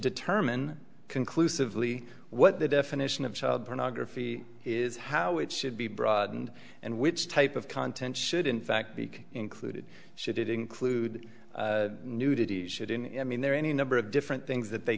determine conclusively what the definition of child pornography is how it should be broadened and which type of content should in fact be included should it include nudity should in i mean there are any number of different things that they